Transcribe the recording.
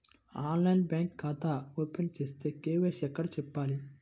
ఆన్లైన్లో బ్యాంకు ఖాతా ఓపెన్ చేస్తే, కే.వై.సి ఎక్కడ చెప్పాలి?